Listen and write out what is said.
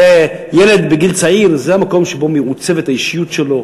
ילד בגיל צעיר זה המקום שבו מעוצבת האישיות שלו,